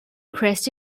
crashed